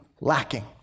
lacking